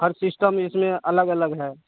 हर system इसमें अलग अलग है